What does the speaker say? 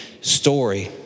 story